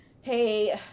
hey